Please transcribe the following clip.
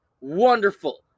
Wonderful